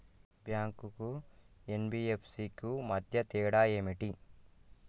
Bank కు NBFC కు మధ్య తేడా ఏమిటి?